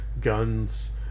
guns